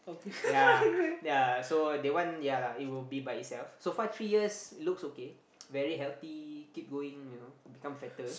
ya ya so that one ya lah it will be by itself so far three years it looks okay very healthy keep going you know become fatter